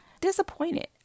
disappointed